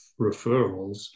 referrals